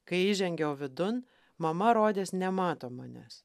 kai įžengiau vidun mama rodės nemato manęs